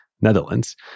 Netherlands